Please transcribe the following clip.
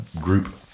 group